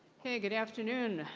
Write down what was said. good afternoon.